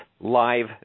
live